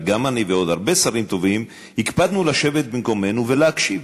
וגם אני ועוד הרבה שרים טובים הקפדנו לשבת במקומנו ולהקשיב.